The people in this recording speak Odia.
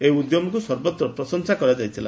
ଏହି ଉଦ୍ୟମକୁ ସର୍ବତ୍ର ପ୍ରଶଂସା କରାଯାଇଥିଲା